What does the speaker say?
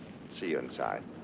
see you inside.